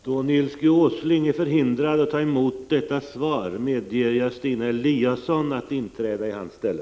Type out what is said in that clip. Då Nils G. Åsling är förhindrad att ta emot detta svar, medger jag Stina Eliasson att inträda i hans ställe.